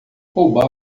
roubar